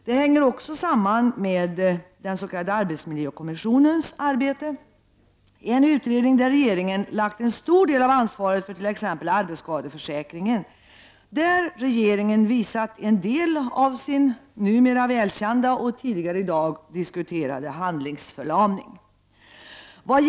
Det hänger också samman med den s.k. arbetsmiljökommissionens arbete — en utredning där regeringen lagt en stor del av ansvaret för t.ex. arbetsskadeförsäkringen, och där regeringen visat en del av sin numera välkända och tidigare i dag diskuterade handlingsförlamning.